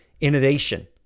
innovation